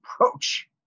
approach